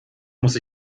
muss